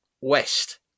West